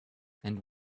and